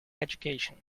education